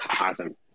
Awesome